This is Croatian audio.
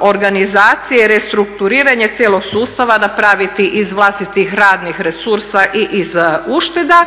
organizacije, restrukturiranje cijelog sustava napraviti iz vlastitih radnih resursa i iz ušteda